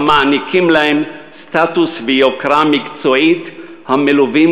המעניקים להם סטטוס ויוקרה מקצועית המלווים